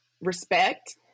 respect